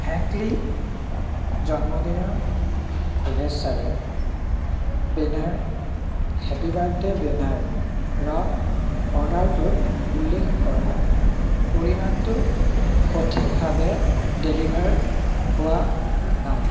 Hankley জন্মদিনৰ শুভেচ্ছাৰে banner happy birthday বেনাৰৰ অৰ্ডাৰটোত উল্লেখ কৰা পৰিমাণটো সঠিকভাৱে ডেলিভাৰ হোৱা নাই